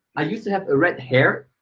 i used to have a red hair.